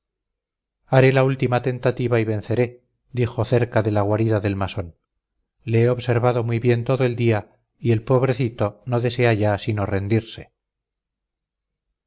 haré la última tentativa y venceré dijo cerca de la guarida del masón le he observado muy bien todo el día y el pobrecito no desea ya sino rendirse